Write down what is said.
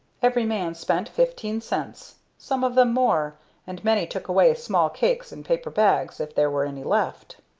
every man spent fifteen cents, some of them more and many took away small cakes in paper bags if there were any left.